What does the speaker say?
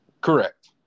Correct